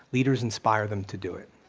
leaders inspire them to do it.